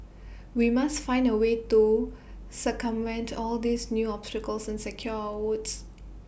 we must find A way to circumvent all these new obstacles and secure our votes